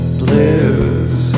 blues